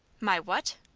my what?